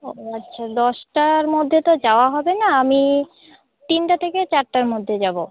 ও আচ্ছা দশটার মধ্যে তো যাওয়া হবে না আমি তিনটা থেকে চারটার মধ্যে যাব